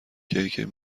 کیک